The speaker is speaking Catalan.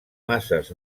masses